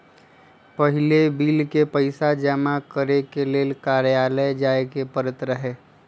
पहिले बिल के पइसा जमा करेके लेल कर्जालय जाय के परैत रहए